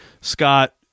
Scott